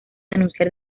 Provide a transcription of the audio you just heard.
anunciar